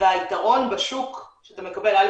והיתרון בשוק שאתה מקבל א.